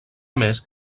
més